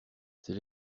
c’est